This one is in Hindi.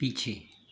पीछे